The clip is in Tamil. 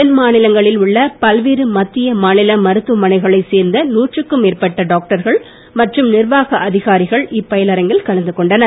தென் மாநிலங்களில் உள்ள பல்வேறு மத்திய மாநில மருத்துவமனைகளை சேர்ந்த நூற்றுக்கும் மேற்பட்ட டாக்டர்கள் மற்றும் நிர்வாக அதிகாரிகள் இப்பயிலரங்கில் கலந்து கொண்டனர்